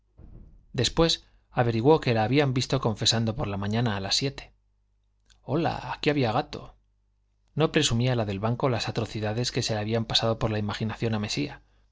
después averiguó que la habían visto confesando por la mañana a las siete hola allí había gato no presumía la del banco las atrocidades que se le habían pasado por la imaginación a mesía